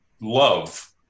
love